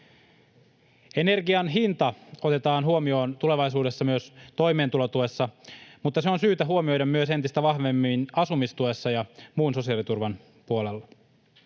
Energian hinta otetaan huomioon tulevaisuudessa myös toimeentulotuessa, mutta se on syytä huomioida myös entistä vahvemmin asumistuessa ja muun sosiaaliturvan puolella.